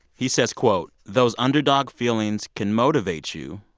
he says, quote, those underdog feelings can motivate you.